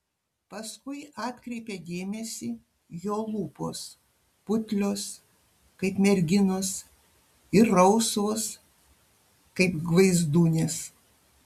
paskui atkreipia dėmesį jo lūpos putlios kaip merginos ir rausvos kaip gvaizdūnės